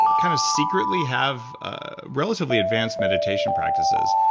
kind of secretly have ah relatively advanced meditation practices,